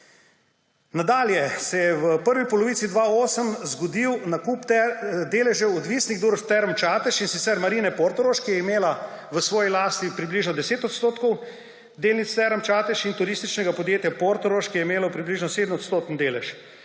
Nadalje se je v prvi polovici 2008 zgodil nakup deležev odvisnih družb Term Čatež, in sicer Marine Portorož, ki je imela v svoji lasti približno 10 odstotkov delnic Term Čatež, in Turističnega podjetja Portorož, ki je imelo približno 7-odstotni delež.